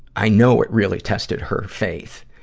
i know it really tested her faith.